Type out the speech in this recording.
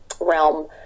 realm